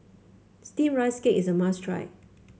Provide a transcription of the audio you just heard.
steamed Rice Cake is a must try